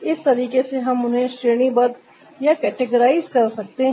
इस तरीके से हम उन्हें श्रेणीबद्ध कर सकते हैं